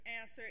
answer